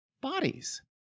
bodies